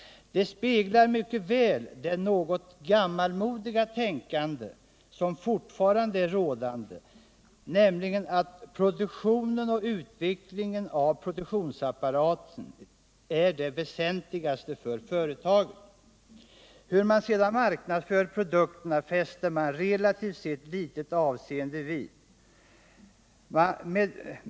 Detta speglar mycket väl det något gammalmodiga tänkande som fortfarande är rådande, nämligen att produktionen och utvecklingen av produktionsapparaten är det väsentligaste för företagen. Hur sedan produkterna marknadsförs fäster marelativt sett litet avseende vid.